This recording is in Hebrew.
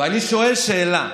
ואני שואל שאלה.